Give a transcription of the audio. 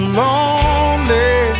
lonely